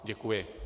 Děkuji.